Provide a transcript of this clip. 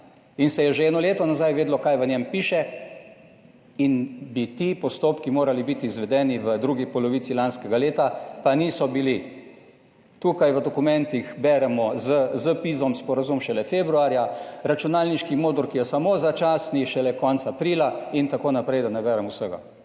in se je že eno leto nazaj vedelo kaj v njem piše. In bi ti postopki morali biti izvedeni v drugi polovici lanskega leta, pa niso bili. Tukaj v dokumentih beremo z Zpizom sporazum, šele februarja, računalniški modul, ki je samo začasni, šele konec aprila in tako naprej, da ne berem vsega.